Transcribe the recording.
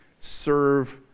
serve